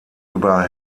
über